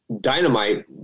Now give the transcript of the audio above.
Dynamite –